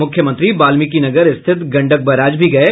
मुख्यमंत्री वाल्मीकिनगर स्थित गंडक बराज भी गये